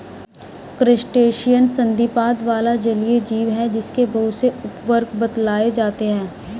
crustacean संधिपाद वाला जलीय जीव है जिसके बहुत से उपवर्ग बतलाए जाते हैं